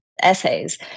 essays